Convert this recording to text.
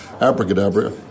Abracadabra